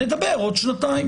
נדבר עוד שנתיים.